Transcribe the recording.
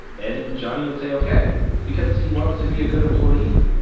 and johnny would say ok, because he wants to be a good employee,